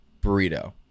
burrito